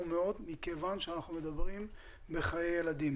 מאוד מכיוון שאנחנו מדברים בחיי ילדים.